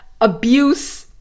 abuse